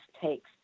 takes